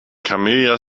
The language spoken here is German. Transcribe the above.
camilla